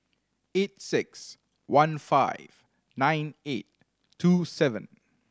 eight six one five nine eight two seven